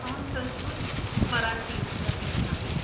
अहं संस्कृतं मराठी च इच्छामि